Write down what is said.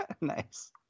nice